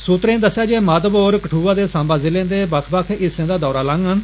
सूत्रें दस्सेआ ऐ जे माधव होर कठुआ ते सांबा जिलें दे बक्ख बक्ख हिस्सें दा दौरा लांगन